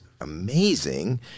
amazing